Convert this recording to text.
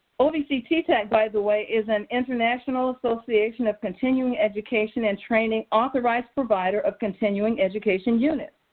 ovc ttac, by the way, is an international association of continuing education and training authorized provider of continuing education units.